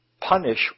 Punish